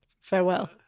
Farewell